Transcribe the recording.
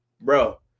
Bro